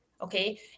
Okay